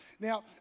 Now